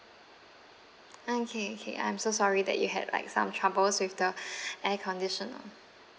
okay okay I'm so sorry that you had like some troubles with the air conditioner